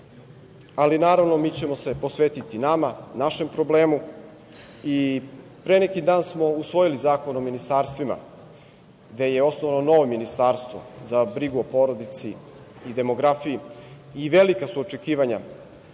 ali naravno mi ćemo se posvetiti nama, našem problemu. Pre neki dan smo usvoji Zakon o ministarstvima gde je osnovano novo Ministarstvo za brigu o porodici i demografiji i velika su očekivanja